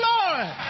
Lord